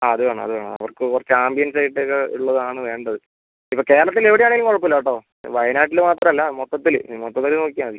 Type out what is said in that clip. ആ അത് വേണം അത് വേണം ആ അവർക്ക് കുറച്ച് ആംബിയൻസ് ആയിട്ടൊക്കെ ഉള്ളതാണ് വേണ്ടത് ഇപ്പോൾ കേരളത്തിൽ എവിടെ ആണെങ്കിലും കുഴപ്പമില്ല കേട്ടോ വയനാട്ടിൽ മാത്രം അല്ല മൊത്തത്തിൽ മൊത്തത്തിൽ നോക്കിയാൽ മതി